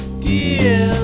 Dear